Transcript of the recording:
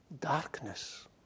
Darkness